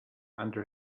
under